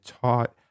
taught